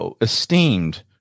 esteemed